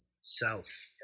self